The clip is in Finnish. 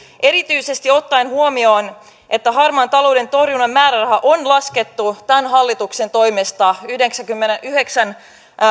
erityisesti ottaen huomioon että harmaan talouden torjunnan määrärahaa on laskettu tämän hallituksen toimesta yhdeksänkymmenenyhdeksän